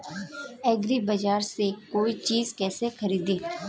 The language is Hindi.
एग्रीबाजार से कोई चीज केसे खरीदें?